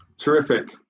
Terrific